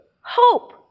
Hope